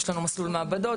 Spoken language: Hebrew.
יש לנו מסלול מעבדות.